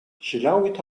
selaouit